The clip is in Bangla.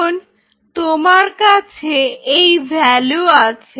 এখন তোমার কাছে এই ভ্যালু আছে